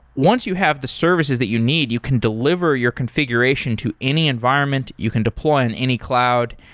once you have the services that you need, you can delivery your configuration to any environment, you can deploy on any cloud,